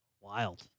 Wild